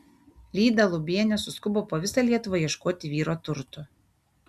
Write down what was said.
lyda lubienė suskubo po visą lietuvą ieškoti vyro turtų